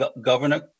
Governor